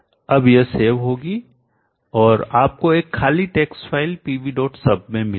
अब यह सेव होगी और आपको एक खाली टेक्स्ट फ़ाइल pvsub मिलेगी